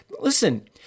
Listen